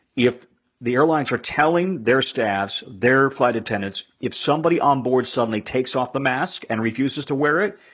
if the airlines are telling their staffs, their flight attendants, if somebody on board suddenly takes off the mask and refuses to wear it,